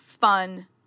fun